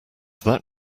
that